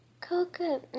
Coca